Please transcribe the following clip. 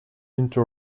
into